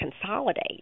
consolidate